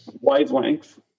wavelength